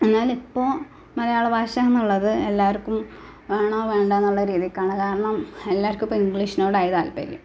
എന്നാല് ഇപ്പോൾ മലയാള ഭാഷ എന്നുള്ളത് എല്ലാവര്ക്കും വേണോ വേണ്ടയോ എന്നുള്ള രീതിക്കാണ് കാരണം എല്ലാവര്ക്കും ഇപ്പോൾ ഇംഗ്ലീഷിനോടായി താല്പര്യം